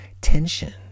tension